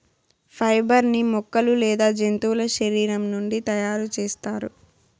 fibre ని మొక్కలు లేదా జంతువుల శరీరం నుండి తయారు చేస్తారు